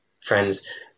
Friends